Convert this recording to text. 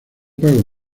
pago